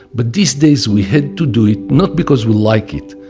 but these days we had to do it, not because we like it.